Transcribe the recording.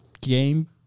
game